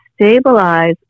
stabilize